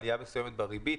עליה מסוימת בריבית,